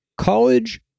college